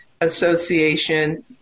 Association